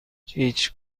هیچ